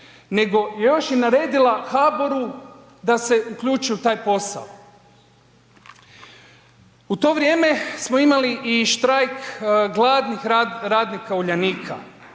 nego je još i naredila HBOR-u da se uključi u taj posao. U to vrijeme smo imali i štrajk gladnih radnika Uljanika,